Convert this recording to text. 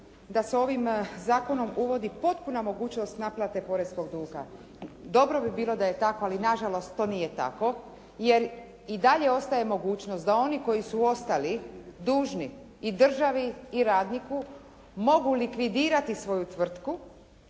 da se ovim zakonom uvodi potpuna mogućnost naplate poreskog duga. Dobro bi bilo da je tako, ali na žalost to nije tako jer i dalje ostaje mogućnost da oni koji su ostali dužni i državi i radniku mogu likvidirati svoju tvrtku,